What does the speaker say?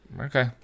okay